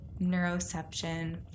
neuroception